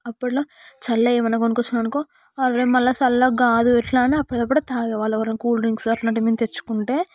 అప్పట్లో చల్లగా ఏమన్నా కొనుక్కొచ్చుకున్నాం అనుకో అరే మళ్ళా చల్లగా కాదు ఎట్లా అని అప్పటికప్పుడు తాగే వాళ్ళు కూల్ డ్రింక్స్ అలాంటివి ఏమన్నా తెచ్చుకుంటే